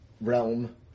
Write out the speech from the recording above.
realm